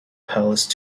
palace